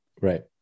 Right